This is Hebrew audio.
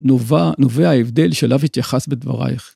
נובע ההבדל שאליו התייחסת בדברייך.